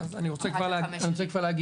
אני רוצה כבר להגיב,